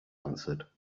answered